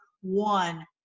one